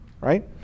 right